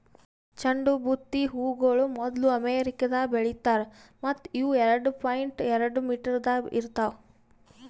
ಚಂಡು ಬುತ್ತಿ ಹೂಗೊಳ್ ಮೊದ್ಲು ಅಮೆರಿಕದಾಗ್ ಬೆಳಿತಾರ್ ಮತ್ತ ಇವು ಎರಡು ಪಾಯಿಂಟ್ ಎರಡು ಮೀಟರದಾಗ್ ಇರ್ತಾವ್